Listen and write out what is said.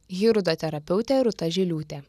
hirudoterapeutė rūta žiliūtė